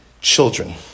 Children